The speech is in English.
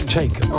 take